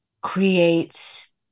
creates